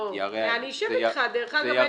ירע את מצבן.